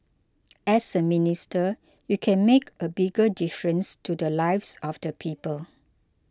as a minister you can make a bigger difference to the lives of the people